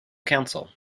council